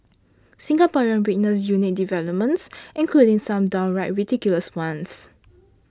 Singaporeans witnessed unique developments including some downright ridiculous ones